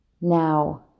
now